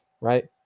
right